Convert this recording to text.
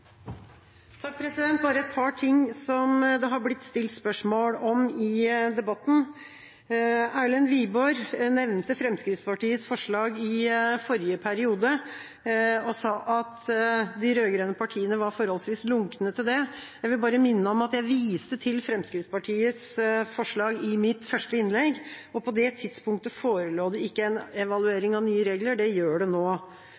Bare et par ting som det har blitt stilt spørsmål om i debatten: Erlend Wiborg nevnte Fremskrittspartiets forslag i forrige periode og sa at de rød-grønne partiene var forholdsvis lunkne til det. Jeg vil bare minne om at jeg viste til Fremskrittspartiets forslag i mitt første innlegg. På det tidspunktet forelå det ikke en evaluering av nye regler – det gjør det nå.